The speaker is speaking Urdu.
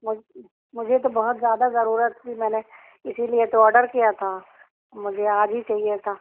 مجھ مجھے تو بہت زیادہ ضرورت تھی میں نے اسی لیے تو آڈر کیا تھا مجھے آج ہی چاہیے تھا